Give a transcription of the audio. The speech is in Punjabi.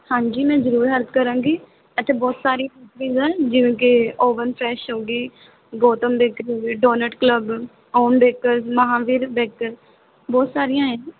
ਹਾਂਜੀ ਮੈਂ ਜ਼ਰੂਰ ਹੈਲਪ ਕਰਾਂਗੀ ਇੱਥੇ ਬਹੁਤ ਸਾਰੀਆਂ ਜਿਵੇਂ ਕਿ ਓਵਨ ਫਰੈਸ਼ ਹੋਗੀ Gautam they don't Club Om Bakers Mahavir Baker ਬਹੁਤ ਸਾਰੀਆਂ ਹੈ